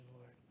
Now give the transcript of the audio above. Lord